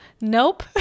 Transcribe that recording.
nope